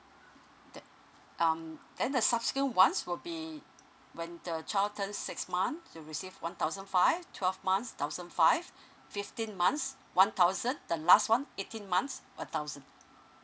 then um then the subsequent one will be when the child turns six months you receive one thousand five twelve months thousand five fifteen months one thousand the last one eighteen months a thousand